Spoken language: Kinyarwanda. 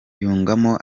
yungamo